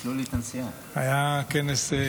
היה כנס.